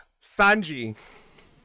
Sanji